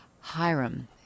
Hiram